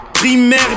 Primaire